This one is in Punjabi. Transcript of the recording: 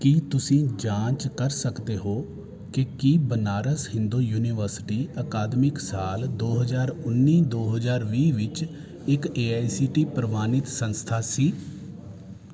ਕੀ ਤੁਸੀਂ ਜਾਂਚ ਕਰ ਸਕਦੇ ਹੋ ਕਿ ਕੀ ਬਨਾਰਸ ਹਿੰਦੂ ਯੂਨੀਵਰਸਿਟੀ ਅਕਾਦਮਿਕ ਸਾਲ ਦੋ ਹਜ਼ਾਰ ਉੱਨੀ ਦੋ ਹਜ਼ਾਰ ਵੀਹ ਵਿੱਚ ਇੱਕ ਏ ਆਈ ਸੀ ਟੀ ਪ੍ਰਵਾਨਿਤ ਸੰਸਥਾ ਸੀ